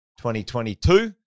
2022